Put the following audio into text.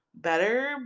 better